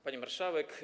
Pani Marszałek!